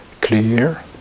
clear